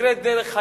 שנקראת "דרך היין"